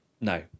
No